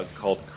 called